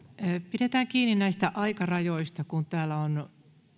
pidetään kiinni näistä aikarajoista kun täällä on